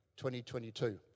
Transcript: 2022